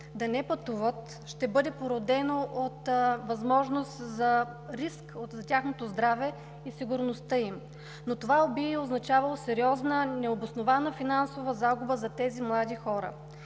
да не пътуват ще бъде породено от възможност за риск за тяхното здраве и сигурността им, но това би означавало сериозна необоснована финансова загуба за тези млади хора.